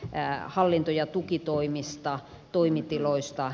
tää hallinto ja tukitoimista toimitiloista